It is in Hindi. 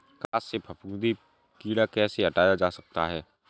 कपास से फफूंदी कीड़ा कैसे हटाया जा सकता है?